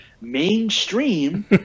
mainstream